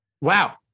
Wow